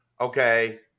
okay